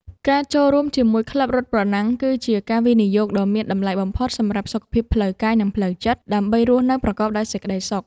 ការចូលរួមជាមួយក្លឹបរត់ប្រណាំង គឺជាការវិនិយោគដ៏មានតម្លៃបំផុតសម្រាប់សុខភាពផ្លូវកាយ និងផ្លូវចិត្ត ដើម្បីរស់នៅប្រកបដោយសេចក្ដីសុខ។